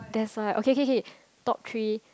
that's why okay okay okay top three